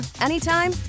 anytime